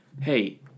hey